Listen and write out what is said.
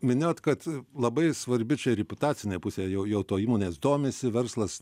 minėjot kad labai svarbi čia riputacinė pusė jau jau tuo įmonės domisi verslas